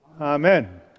Amen